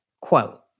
quote